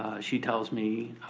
she tells me,